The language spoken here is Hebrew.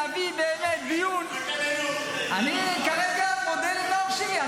להביא באמת דיון ------ אני כרגע מודה לנאור שירי.